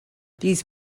these